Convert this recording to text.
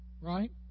right